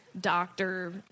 doctor